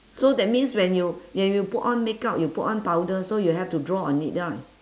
so that means when you when you put on makeup you put on powder so you have to draw on it ah